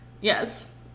yes